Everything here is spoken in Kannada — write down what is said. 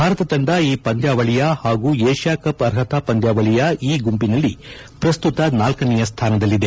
ಭಾರತ ತಂಡ ಈ ಪಂದ್ಯಾವಳಿಯ ಪಾಗೂ ಏಷ್ಕಾ ಕಪ್ ಆರ್ಹತಾ ಪಂದ್ಯಾವಳಿಯ ಇ ಗುಂಪಿನಲ್ಲಿ ಪ್ರಸ್ತುತ ನಾಲ್ಕನೆಯ ಸ್ಥಾನದಲ್ಲಿದೆ